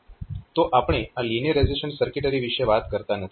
તો આપણે આ લિનિયરાઇઝેશન સર્કિટરી વિશે વાત કરતા નથી